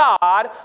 God